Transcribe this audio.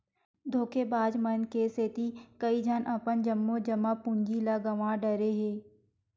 धोखेबाज मन के सेती कइझन अपन जम्मो जमा पूंजी ल गंवा डारे हे